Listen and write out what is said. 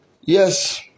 yes